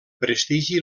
prestigi